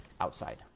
outside